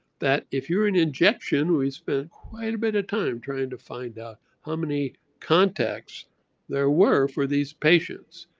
that if you're an injection, we spent quite a bit of time trying to find out how many contacts there were for these patients.